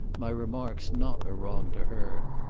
my remark's not a wrong to her.